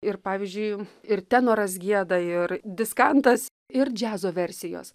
ir pavyzdžiui ir tenoras gieda ir diskantas ir džiazo versijos